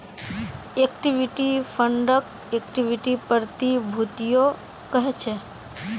equity फंडक equity प्रतिभूतियो कह छेक